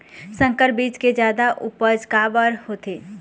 संकर बीज के जादा उपज काबर होथे?